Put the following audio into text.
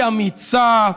היא אמיצה,